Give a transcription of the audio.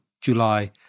July